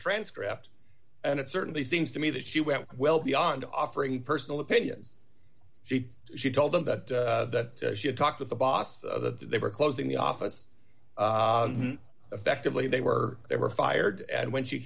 transcript and it certainly seems to me that she went well beyond offering personal opinions she she told them that that she had talked with the boss that they were closing the office effectively they were they were fired and when she